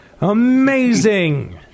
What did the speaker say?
Amazing